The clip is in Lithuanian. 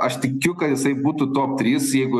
aš tikiu kad jisai būtų top trys jeigu